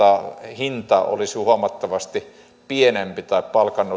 hinta olisi huomattavasti pienempi tai palkan